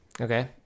Okay